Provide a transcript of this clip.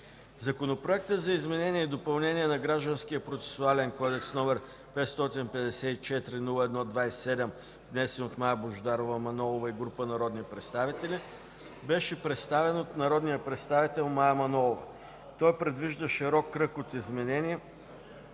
Законопроектът за изменение и допълнение на Гражданския процесуален кодекс, № 554-01-27, внесен от Мая Божидарова Манолова и група народни представители, беше представен от народния представител Мая Манолова. Той предвижда широк кръг от изменения,